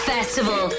Festival